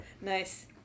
Nice